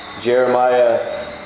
Jeremiah